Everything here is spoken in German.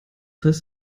heißt